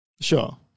Sure